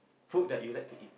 food that you like to eat